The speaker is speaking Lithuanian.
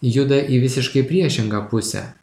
juda į visiškai priešingą pusę